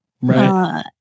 Right